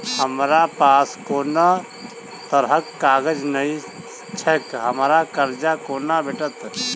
हमरा पास कोनो तरहक कागज नहि छैक हमरा कर्जा कोना भेटत?